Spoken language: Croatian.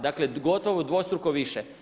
Dakle, gotovo dvostruko više.